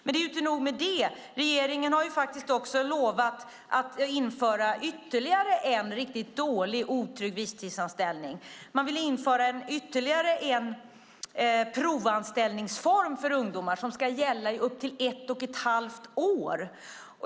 Men det är inte nog med det: Regeringen har lovat att införa ytterligare en riktigt dålig och otrygg visstidsanställning. Man vill införa ytterligare en provanställningsform för ungdomar som ska gälla i upp till ett och ett halvt år.